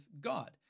God